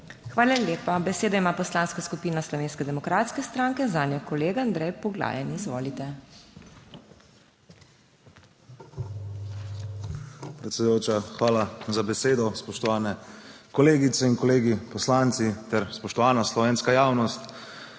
Hvala lepa. Besedo ima Poslanska skupina Slovenske demokratske stranke, zanjo kolega Andrej Poglajen. Izvolite. **ANDREJ POGLAJEN (PS SDS):** Predsedujoča, hvala za besedo. Spoštovani kolegice in kolegi poslanci ter spoštovana slovenska javnost!